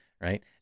right